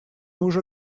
уже